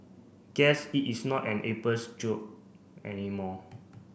guess it is not an April's joke anymore